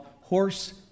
Horse